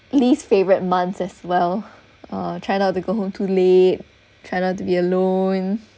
least favourite months as well uh try not to go home to late try not to be alone